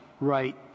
right